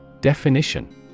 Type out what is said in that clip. Definition